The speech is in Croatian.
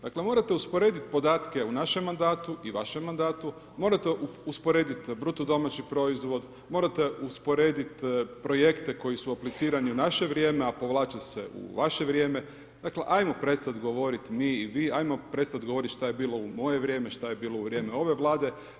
Dakle, morate usporediti podatke u našem mandatu i vašem mandatu, morate usporediti BDP, morate usporediti projekte koji su aplicirani u naše vrijeme, a povlače se u vaše vrijeme, dakle, ajmo prestati govoriti mi i vi, ajmo prestati govoriti šta je bilo u moje vrijeme, šta je bilo u vrijeme ove vlade.